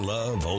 Love